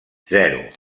zero